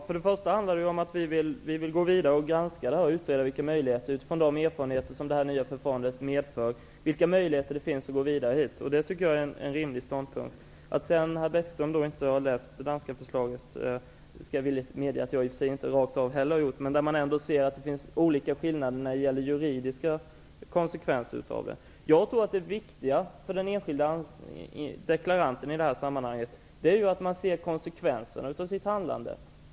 Fru talman! Vi vill granska detta och utreda vilka möjligheter som finns att gå vidare, utifrån de erfarenheter som detta nya förfarande medför. Det tycker jag är en rimlig ståndpunkt. Herr Bäckström säger att han inte har läst det danska förslaget. Jag skall villigt medge att jag inte heller har gjort det rakt av. Där ser man ändå att det finns skillnader, när det gäller juridiska konsekvenser av det. Det viktiga för den enskilda deklaranten är att man ser konsekvenserna av sitt handlande.